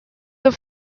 the